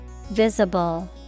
Visible